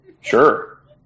Sure